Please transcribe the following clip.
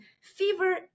fever